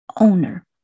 owner